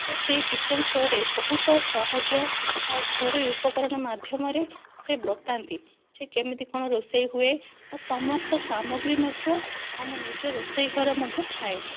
ତ ସେହି କିଚେନ ଶୋରେ ବହୁତ ସହଜ ଆଉ ଘରୋଇ ଉପକରଣ ମାଧ୍ୟମରେ ସେ ବତାନ୍ତି ସେ କେମିତି କ'ଣ ରୋଷେଇ ହୁଏ ଆଉ ସମସ୍ତ ସାମଗ୍ରୀ ମଧ୍ୟ ଆମ ନିଜ ରୋଷେଇ ଘରେ ମଧ୍ୟ ଥାଏ